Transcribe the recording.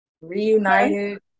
reunited